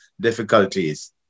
difficulties